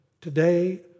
today